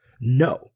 no